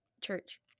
church